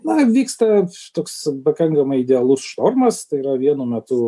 na vyksta čia toks pakankamai idealus štormas tai yra vienu metu